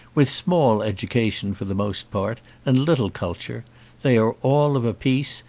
with small education for the most part and little cul ture they are all of a piece,